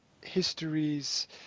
histories